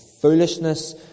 foolishness